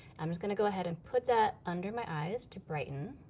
i'm just gonna go ahead and put that under my eyes to brighten.